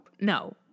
No